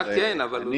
אתה כן, אבל עובדה.